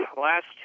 last